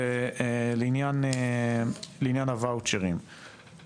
לעניין הוואוצ'רים,